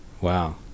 wow